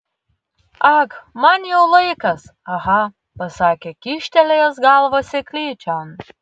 ag man jau laikas aha pasakė kyštelėjęs galvą seklyčion